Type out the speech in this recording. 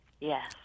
yes